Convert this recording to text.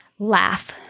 Laugh